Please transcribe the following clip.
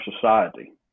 society